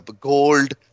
gold